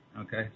Okay